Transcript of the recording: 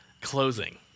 closing